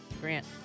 Grant